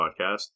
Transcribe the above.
podcast